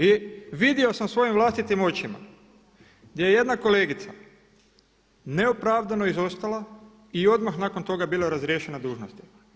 I vidio sam svojim vlastitim očima gdje je jedna kolegica neopravdano izostala i odmah nakon toga bila je razriješena dužnosti.